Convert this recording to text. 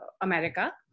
America